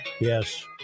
Yes